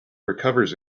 recovers